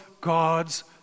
God's